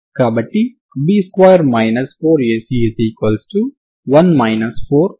కాబట్టి utt c2uxx0 x∈R మీ సమస్య అవుతుంది మరియు ux0f utx 0 g మీ ప్రారంభ సమాచారం అవుతుంది